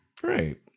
Great